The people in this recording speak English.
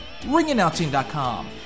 RingAnnouncing.com